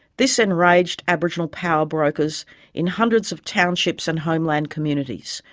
this enraged aboriginal powerbrokers in hundreds of townships and homeland communities,